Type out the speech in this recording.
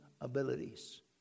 abilities